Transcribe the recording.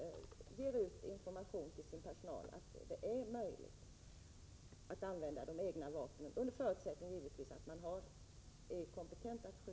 1987/88:98 personal att det är möjligt att använda egna vapen, under förutsättning 12 april 1988 ivetvis att man är kompetent att skjuta.